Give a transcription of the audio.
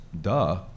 duh